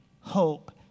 hope